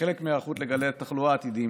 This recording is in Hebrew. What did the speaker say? כחלק מההיערכות לגלי תחלואה עתידיים,